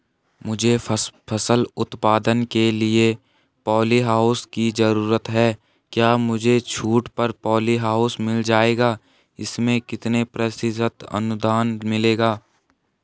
मुझे फसल उत्पादन के लिए प ॉलीहाउस की जरूरत है क्या मुझे छूट पर पॉलीहाउस मिल जाएगा इसमें कितने प्रतिशत अनुदान मिलेगा?